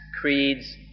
creeds